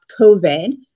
COVID